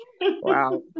Wow